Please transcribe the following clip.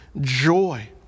joy